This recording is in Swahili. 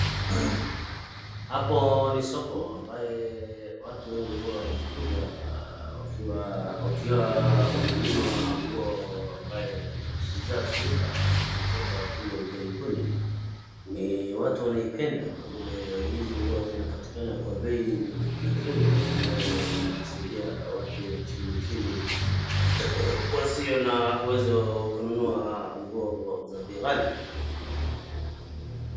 Hapo ni soko ambaye watu wengi huwa wanakuja wakiwa wananunua nguo ambaye ishatumika na imetoka kule Ughaibuni. Ni watu wanaipenda kwa vile hizi nguo zinapatikana kwa bei nafuu ambaye inaasilia watu wa chinichini wasio na uwezo wa kununua nguo za bei ghali.